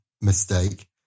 mistake